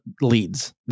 leads